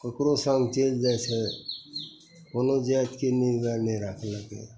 ककरो सङ्ग चलि जाइ छै कोनो जातिके निर्णय नहि राखलकै